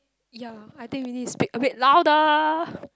ya I think we need speak a bit louder